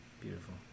Beautiful